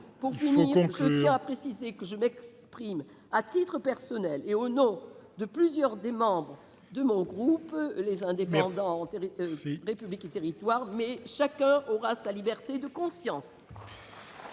Pour finir, je tiens à préciser que je m'exprime à titre personnel, et au nom de plusieurs des membres de mon groupe Les Indépendants - République et Territoires, mais chacun aura sa liberté de conscience